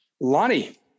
Lonnie